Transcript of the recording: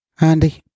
Andy